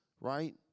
right